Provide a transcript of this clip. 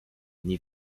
nie